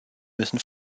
müssen